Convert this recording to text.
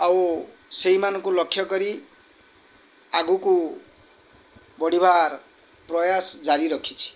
ଆଉ ସେଇମାନଙ୍କୁ ଲକ୍ଷ୍ୟ କରି ଆଗକୁ ବଢ଼ିବାର ପ୍ରୟାସ ଜାରି ରଖିଛି